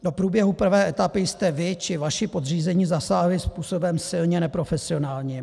Do průběhu prvé etapy jste vy či vaši podřízení zasáhli způsobem silně neprofesionálním.